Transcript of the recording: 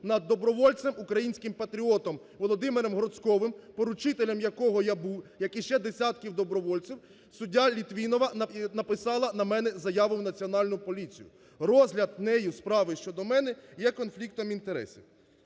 над добровольцем, українським патріотом Володимиром Гроцковим, поручителем якого я був, як і ще десятків добровольців, суддя Литвинова написала на мене заяву в Національну поліцію. Розгляд справи нею щодо мене є конфліктом інтересів.